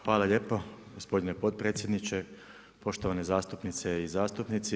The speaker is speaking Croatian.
Hvala lijepo gospodine potpredsjedniče, poštovane zastupnice i zastupnici.